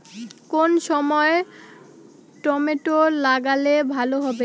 কোন সময় টমেটো লাগালে ভালো হবে?